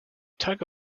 tug